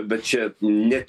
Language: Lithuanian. bet čia net